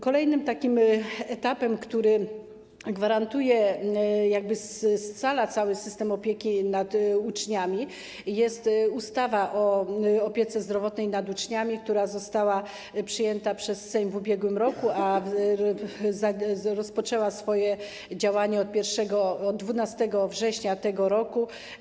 Kolejnym etapem, który gwarantuje, jakby scala cały system opieki nad uczniami, jest ustawa o opiece zdrowotnej nad uczniami, która została przyjęta przez Sejm w ubiegłym roku, a rozpoczęła swoje działanie od 12 września owego roku.